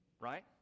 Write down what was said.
right